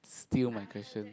steal my question